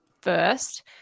first